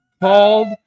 called